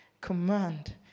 command